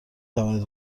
توانید